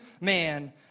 man